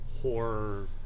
horror